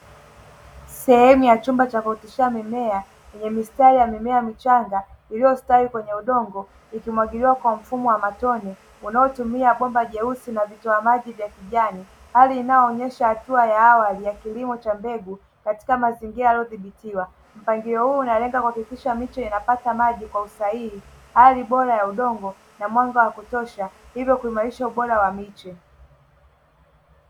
Sehemu ya chumba cha kuoteshia mimea yenye mistari ya mimea michanga iliyostawi kwenye udongo, ikimwagiliwa kwa mfumo wa matone; unaotumia bomba jeusi na vitoa maji vya kijani; hali inayoonyesha hatua ya awali ya kilimo cha mbegu katika mazingira yaliyodhibitiwa. Mpangilio huu unalenga kuhakikisha miche inapata maji kwa usahihi, hali bora ya udongo na mwanga wa kutosha, hivyo kuimarisha ubora wa miche.